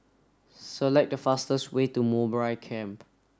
select the fastest way to Mowbray Camp